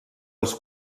els